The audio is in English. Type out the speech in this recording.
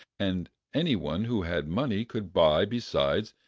and any one who had money could buy, besides,